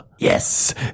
Yes